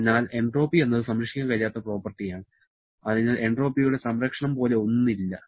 അതിനാൽ എൻട്രോപ്പി എന്നത് സംരക്ഷിക്കാൻ കഴിയാത്ത പ്രോപ്പർട്ടി ആണ് അതിനാൽ എൻട്രോപ്പിയുടെ സംരക്ഷണം പോലെ ഒന്നില്ല